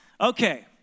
Okay